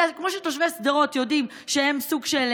כמו שתושבי שדרות יודעים שהם סוג של